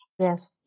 Yes